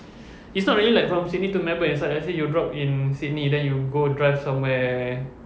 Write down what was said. it's not really like from sydney to melbourne it's like let's say you drop in sydney then you go drive somewhere